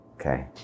okay